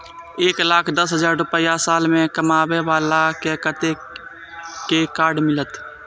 एक लाख दस हजार रुपया साल में कमाबै बाला के कतेक के कार्ड मिलत?